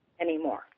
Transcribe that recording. anymore